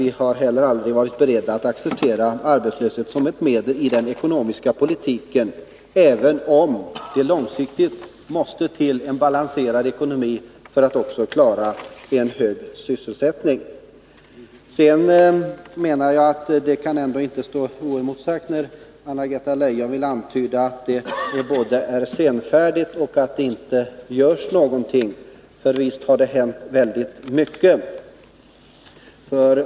Vi har heller aldrig varit beredda att acceptera arbetslösheten som ett medel i den ekonomiska politiken, men långsiktigt måste det till en balanserad ekonomi för att klara en hög sysselsättning. När Anna-Greta Leijon påstår att regeringen har varit senfärdig med att vidta åtgärder och att det inte har gjorts någonting kan det ändå inte få stå oemotsagt. För visst har det hänt mycket.